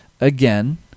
again